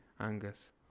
Angus